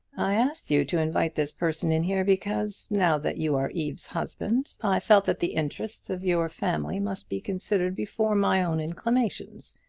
i asked you to invite this person in here because, now that you are eve's husband, i felt that the interests of your family must be considered before my own inclinations.